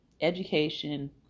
Education